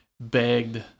begged